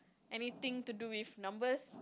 anything to do with numbers